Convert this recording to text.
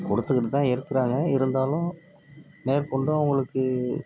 கொடுத்துக்கிட்டு தான் இருக்குறாங்க இருந்தாலும் மேற்கொண்டு அவங்களுக்கு